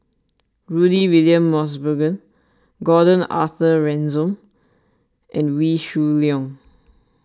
Rudy William Mosbergen Gordon Arthur Ransome and Wee Shoo Leong